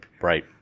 right